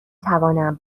توانم